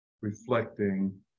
reflecting